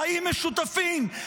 חיים משותפים,